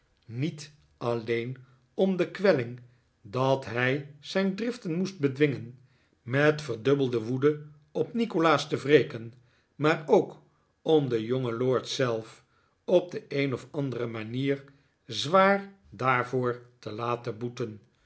niet alleen om de kwelling dat hij zijn driften moest bedwingen met verdubbelde woede op nikolaas te wreken maar ook om den jongen lord zelf op de een of andere manier zwaar daarvoor te laten boeten